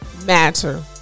matter